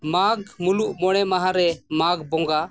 ᱢᱟᱜᱽ ᱢᱩᱞᱩᱜ ᱢᱚᱬᱮ ᱢᱟᱦᱟᱨᱮ ᱢᱟᱜᱽ ᱵᱚᱸᱜᱟ